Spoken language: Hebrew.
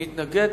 מי התנגד?